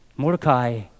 Mordecai